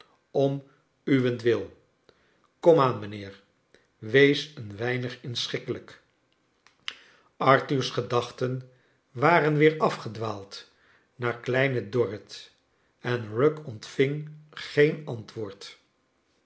om uwentwil komaan mijnheer wees een weinig inschikkelijk arthur's gedachten waren weer afgedwaald naar kleine dorrit en rugg ontving geen antwoord